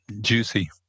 juicy